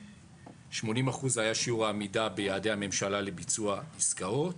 80% היה שיעור העמידה ביעדי הממשלה לביצוע עסקאות